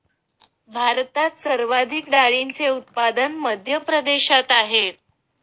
भारतात सर्वाधिक डाळींचे उत्पादन मध्य प्रदेशात आहेत